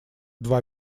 два